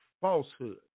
falsehood